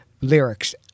lyrics